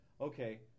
okay